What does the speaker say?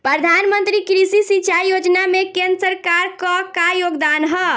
प्रधानमंत्री कृषि सिंचाई योजना में केंद्र सरकार क का योगदान ह?